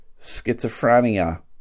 schizophrenia